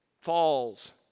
falls